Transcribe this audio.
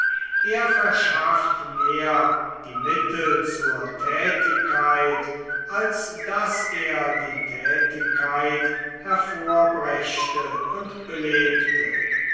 er verschafft mehr die mittel zur tätigkeit als daß er die tätigkeit hervorbrächte und belebte